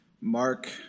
Mark